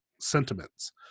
sentiments